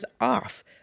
off